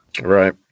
right